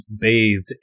bathed